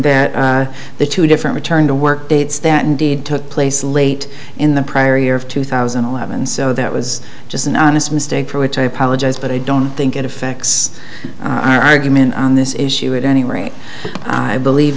that the two different return to work dates that indeed took place late in the prior year of two thousand and eleven so that was just an honest mistake for which i apologize but i don't think it affects our argument on this issue at any rate i believe